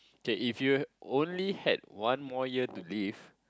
okay if you only had one more year to live